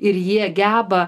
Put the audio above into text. ir jie geba